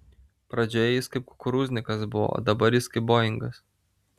pradžioje jis kaip kukurūznikas buvo o dabar jis kaip boingas